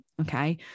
Okay